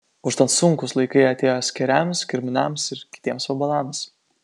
užtat sunkūs laikai atėjo skėriams kirminams ir kitiems vabalams